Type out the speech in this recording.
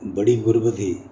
बड़ी गुरबत ही